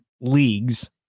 leagues